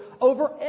over